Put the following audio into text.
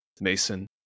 Mason